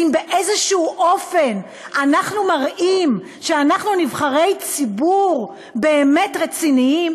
האם באיזשהו אופן אנחנו מראים שאנחנו נבחרי ציבור רציניים באמת?